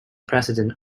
president